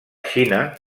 xina